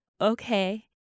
Okay